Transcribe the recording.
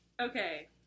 Okay